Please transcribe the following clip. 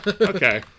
Okay